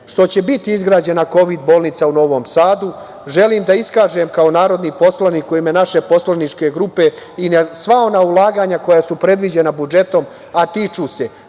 što će biti izgrađena kovid bolnica u Novom Sadu. Želim da istaknem kao narodni poslanik u ime naše poslaničke grupe i na sva ona ulaganja koja su predviđena budžetom, a tiču se